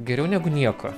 geriau negu nieko